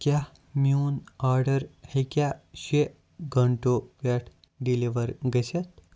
کیٛاہ میٛون آرڈَر ہیٚکیٛاہ شےٚ گھَنٹو پٮ۪ٹھ ڈیلِور گٔژھِتھ